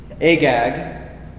Agag